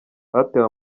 hatewe